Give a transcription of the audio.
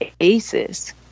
ACES